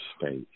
space